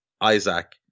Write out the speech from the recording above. Isaac